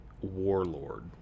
warlord